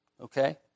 Okay